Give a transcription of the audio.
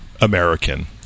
american